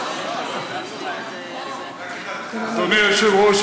אדוני היושב-ראש,